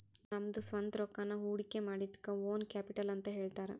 ನಮ್ದ ಸ್ವಂತ್ ರೊಕ್ಕಾನ ಹೊಡ್ಕಿಮಾಡಿದಕ್ಕ ಓನ್ ಕ್ಯಾಪಿಟಲ್ ಅಂತ್ ಹೇಳ್ತಾರ